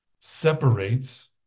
separates